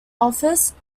office